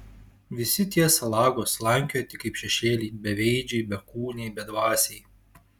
visi tie salagos slankioja tik kaip šešėliai beveidžiai bekūniai bedvasiai